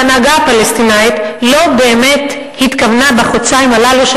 שההנהגה הפלסטינית לא באמת התכוונה בחודשיים הללו של